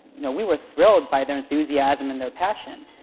you know we were thrilled by their enthusiasm and their passion.